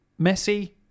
Messi